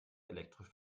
elektrisch